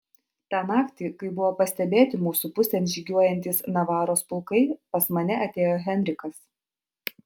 tą naktį kai buvo pastebėti mūsų pusėn žygiuojantys navaros pulkai pas mane atėjo henrikas